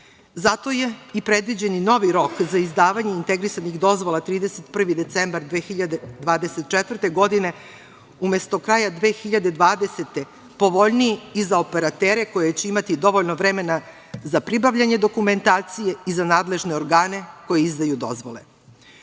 Zato je i predviđen novi rok za izdavanje integrisanih dozvola - 31. decembar 2024. godine, umesto kraja 2020. godine, povoljniji i za operatere koji će imati dovoljno vremena i za pribavljanje dokumentacije i za nadležne organe koji izdaju dozvole. Budući